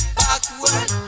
backward